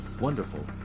wonderful